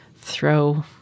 throw